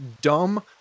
dumb